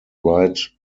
write